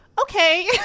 Okay